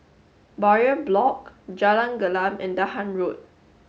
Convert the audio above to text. Bowyer Block Jalan Gelam and Dahan Road